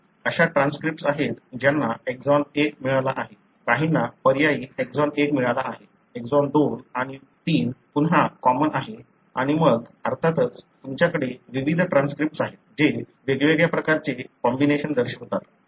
अशा ट्रान्स्क्रिप्ट्स आहेत ज्यांना एक्सॉन 1 मिळाला आहे काहींना पर्यायी एक्सॉन 1 मिळाला आहे एक्सॉन 2 आणि 3 पुन्हा कॉमन आहे आणि मग अर्थातच तुमच्याकडे विविध ट्रान्स्क्रिप्ट आहेत जे वेगवेगळ्या प्रकारचे कॉम्बिनेशन दर्शवतात